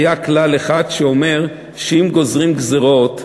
היה כלל אחד שאומר שאם גוזרים גזירות,